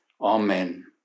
Amen